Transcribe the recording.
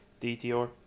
DTR